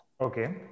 Okay